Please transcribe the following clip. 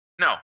No